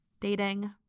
dating